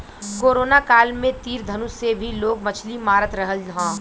corona काल में तीर धनुष से भी लोग मछली मारत रहल हा